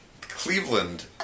Cleveland